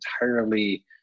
entirely